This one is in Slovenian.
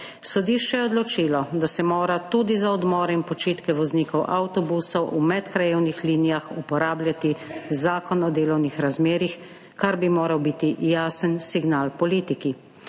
Sodišče je odločilo, da se mora tudi za odmore in počitke voznikov avtobusov v medkrajevnih linijah uporabljati Zakon o delovnih razmerjih, kar bi moral biti jasen signal politiki.